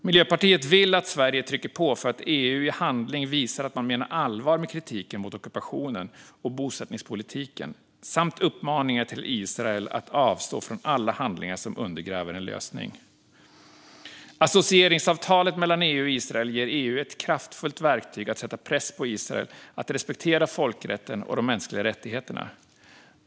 Miljöpartiet vill att Sverige trycker på för att EU i handling ska visa att man menar allvar med kritiken mot ockupationen och bosättningspolitiken samt uppmaningarna till Israel att avstå från alla handlingar som undergräver en lösning. Associeringsavtalet mellan EU och Israel ger EU ett kraftfullt verktyg att sätta press på Israel att respektera folkrätten och de mänskliga rättigheterna.